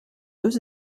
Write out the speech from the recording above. deux